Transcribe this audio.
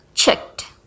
Checked